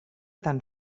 tan